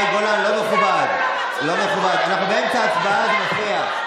אנחנו באמצע הצבעה, זה מפריע.